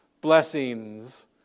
Blessings